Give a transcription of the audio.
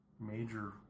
major